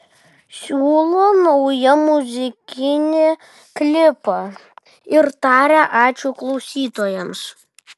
siūlo naują muzikinį klipą ir taria ačiū klausytojams